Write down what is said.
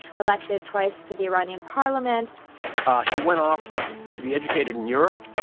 elected twice to the iranian parliament he went off to be educated in europe.